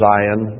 Zion